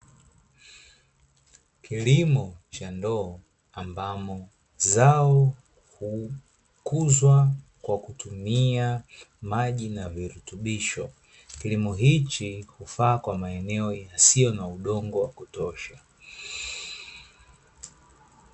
Kilimo cha ndoo ambamo zao hukuzwa kwa kutumia maji na virutubisho, kilimo hichi hufaa kwa maeneo yasiyo na udongo wa kutosha.